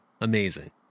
Amazing